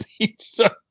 pizza